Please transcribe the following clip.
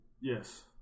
Yes